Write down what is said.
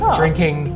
drinking